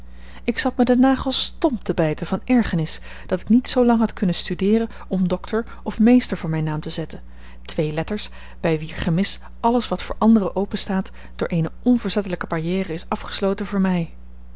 ik zat mij de nagels stomp te bijten van ergernis dat ik niet zoo lang had kunnen studeeren om dr of mr voor mijn naam te zetten twee letters bij wier gemis alles wat voor anderen open staat door eene onverzettelijke barrière is afgesloten voor mij